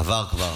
עבר כבר.